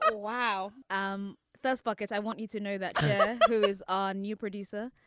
ah wow. um that's buckets. i want you to know that who is our new producer.